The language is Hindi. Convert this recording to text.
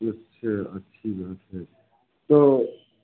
जी अच्छा अच्छी बात है तो